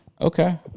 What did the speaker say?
Okay